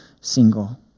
single